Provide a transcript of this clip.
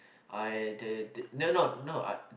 I they did no no no I